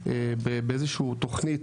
באיזושהי תוכנית,